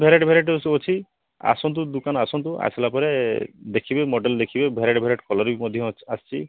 variety variety ଏସବୁ ଅଛି ଆସନ୍ତୁ ଦୁକାନ ଆସନ୍ତୁ ଆସିଲା ପରେ ଦେଖିବେ ମଡ଼େଲ ଦେଖିବେ ଭେରାଇଟୀ ଭେରାଇଟୀ କଲର ମଧ୍ୟ ଆସଛି